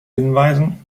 hinweisen